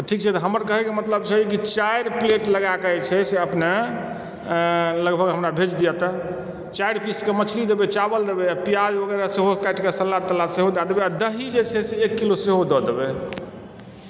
तऽ ठीक छै हमर कहे कऽ मतलब छै जे चारि प्लेट लगाके जे छै अपने लगभग हमरा भेज दिअ तऽ चारि पीस कऽ मछली देबै चावल देबै प्याज वगैरह सेहो काटिके सलाद तलाद सेहो दय देबै आओर दही जे छै से एक किलो सेहो दय देबै